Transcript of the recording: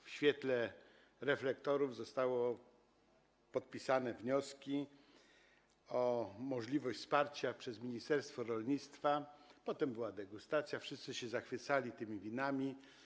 W świetle reflektorów zostały podpisane wnioski dotyczące możliwości wsparcia przez ministerstwo rolnictwa, potem była degustacja, wszyscy się zachwycali tymi winami.